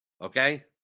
okay